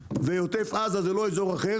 ועוטף עזה זה לא איזור אחר,